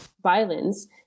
violence